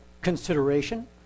consideration